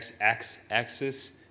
x-axis